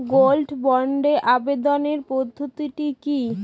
Gold বন্ডে আবেদনের পদ্ধতিটি কি?